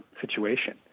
situation